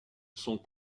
sont